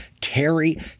Terry